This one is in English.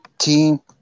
Team